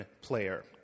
player